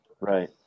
Right